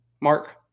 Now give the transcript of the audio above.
mark